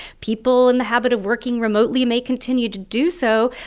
people in the habit of working remotely may continue to do so.